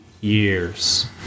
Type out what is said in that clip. years